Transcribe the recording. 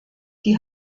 die